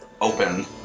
open